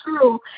true